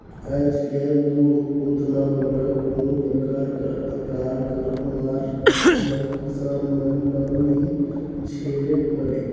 आएज काएल दो ओतना बगरा कोनो परकार कर अकाल कर मार ल किसान मन ल नी झेलेक परे